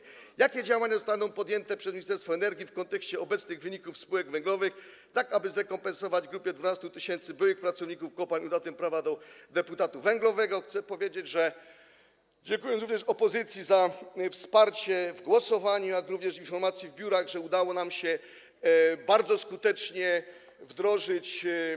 Jeśli chodzi o to, jakie działania zostaną podjęte przez Ministerstwo Energii w kontekście obecnych wyników spółek węglowych, tak aby zrekompensować grupie 12 tys. byłych pracowników kopalń utratę prawa do deputatu węglowego, to chcę powiedzieć, dziękując również opozycji za wsparcie w głosowaniu, jak również za informacje w biurach, że udało nam się to bardzo skutecznie wdrożyć.